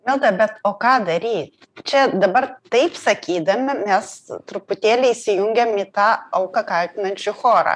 milda bet o ką daryt čia dabar taip sakydami mes truputėlį įsijungiam į tą auką kaltinančių chorą